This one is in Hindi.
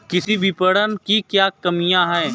कृषि विपणन की क्या कमियाँ हैं?